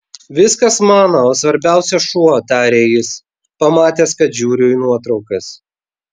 viskas mano o svarbiausia šuo tarė jis pamatęs kad žiūriu į nuotraukas